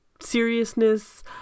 seriousness